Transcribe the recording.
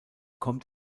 kommt